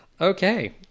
Okay